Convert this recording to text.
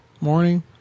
morning